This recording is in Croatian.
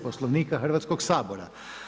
Poslovnika Hrvatskoga sabora.